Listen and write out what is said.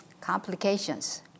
complications